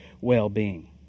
well-being